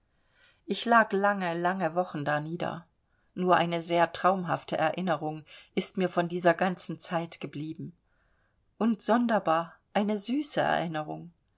ich lag lange lange wochen darnieder nur eine sehr traumhafte erinnerung ist mir von dieser ganzen zeit geblieben und sonderbar eine süße erinnerung